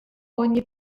ogni